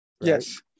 Yes